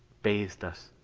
bathed us.